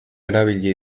erabili